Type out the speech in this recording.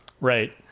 Right